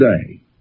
today